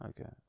Okay